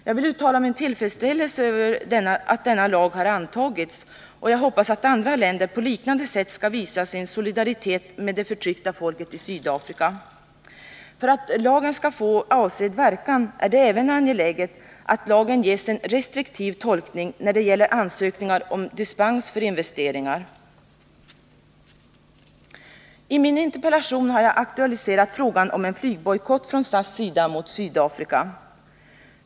Jag vill uttala min tillfredsställelse över att denna lag har antagits, och jag hoppas att andra länder på liknande sätt skall visa sin solidaritet med det förtryckta folket i Sydafrika. För att lagen skall få avsedd verkan är det även angeläget att den ges en restriktiv tolkning när det gäller ansökningar om dispens för investeringar. I min interpellation har jag aktualiserat frågan om en flygbojkott från SAS sida mot Sydafrika.